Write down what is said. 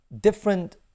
different